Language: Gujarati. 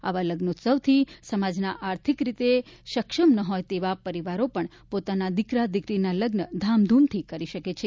આવા લગ્નોત્સવથી સમાજના આર્થિક રીતે સક્ષમ ન હોય તેવા પરિવારો પણ પોતાના દિકરા દિકરીના લગ્ન ધામધૂમથી કરી શકે છે